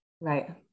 right